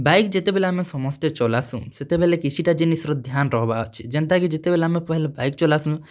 bike ଯେତେବେଲେ ଆମେ ସମସ୍ତେ ଚଲାସୁଁ ସେତେବେଲେ କିଛିଟା ଜିନିଷ୍ ର ଧ୍ୟାନ୍ ରଖ୍ବାର୍ ଅଛେ ଯେନ୍ତାକି ଯେତେବେଲେ ଆମେ ପହେଲା ବାଇକ୍ ଚଲାସୁଁ